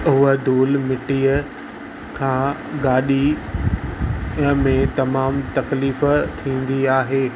हुअ धूल मिटीअ खां गाॾीअ में तमामु तकलीफ़ु थींदी आहे